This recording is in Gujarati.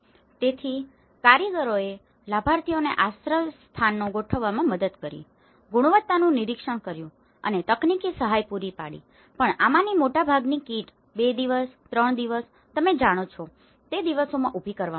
તેથી કારીગરોએ લાભાર્થીઓને આશ્રયસ્થાનો ગોઠવવામાં મદદ કરી ગુણવત્તાનું નિરીક્ષણ કર્યું અને તકનીકી સહાય પૂરી પાડી પણ આમાંની મોટાભાગની કીટ 2 દિવસ 3 દિવસ તમે જાણો છો તે દિવસોમાં ઉભી કરવામાં આવી છે